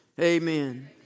Amen